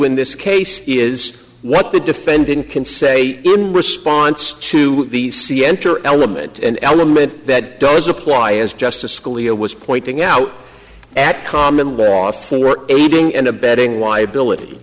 in this case is what the defendant can say in response to the c enter element an element that doesn't apply as justice scalia was pointing out at common law for aiding and abetting why ability